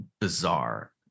bizarre